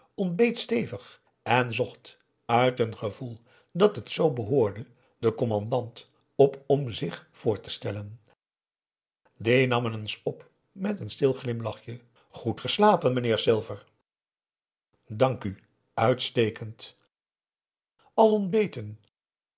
stevig en zocht uit een gevoel dat het zoo behoorde den commandant op om zich voor te stellen die nam hem eens op met een stil glimlachje goed geslapen meneer silver dank u uitstekend